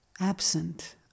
absent